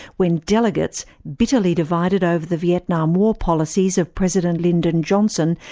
when delegates, bitterly divided over the vietnam war policies of president lyndon johnson,